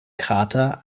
krater